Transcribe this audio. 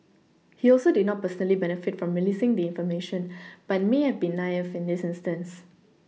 he also did not personally benefit from releasing the information but may have been naive in this instance